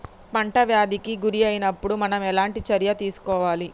పంట వ్యాధి కి గురి అయినపుడు మనం ఎలాంటి చర్య తీసుకోవాలి?